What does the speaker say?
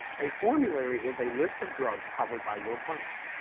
a formulary is a list of drugs covered by your plan.